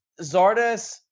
Zardes